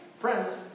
Friends